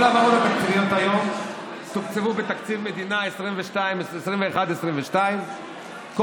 כל ההעברות התקציביות היום תוקצבו בתקציב המדינה 2022-2021. כל